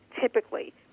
typically